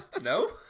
No